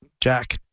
jack